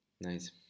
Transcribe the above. Nice